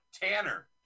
Tanner